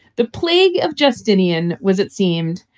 the plague of justinian was, it seemed,